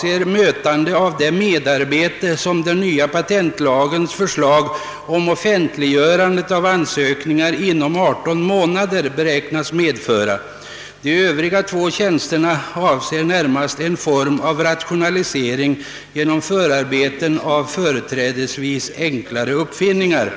till mötande av det merarbete som den nya patentlagens förslag om offentliggörande av ansökningar inom 18 månader beräknas medföra. De övriga två tjänsterna avser närmast en form av rationalisering i fråga om förarbeten beträffande företrädesvis enkla uppfinningar.